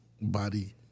Body